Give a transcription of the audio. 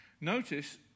Notice